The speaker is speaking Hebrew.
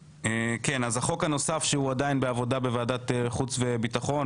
החוק הנוסף נמצא עדיין בוועדת חוץ וביטחון,